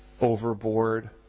overboard